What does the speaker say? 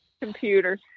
computer